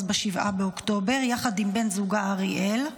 ב-7 באוקטובר יחד עם בן זוגה אריאל,